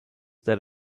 that